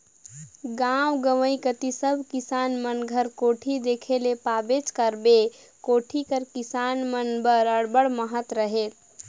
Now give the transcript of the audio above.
गाव गंवई कती सब किसान मन घर कोठी देखे ले पाबेच करबे, कोठी कर किसान मन बर अब्बड़ महत रहेल